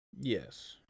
Yes